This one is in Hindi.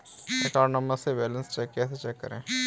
अकाउंट नंबर से बैलेंस कैसे चेक करें?